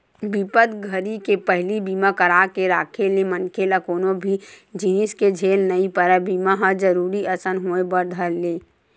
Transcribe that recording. बिपत घरी के पहिली बीमा करा के राखे ले मनखे ल कोनो भी जिनिस के झेल नइ परय बीमा ह जरुरी असन होय बर धर ले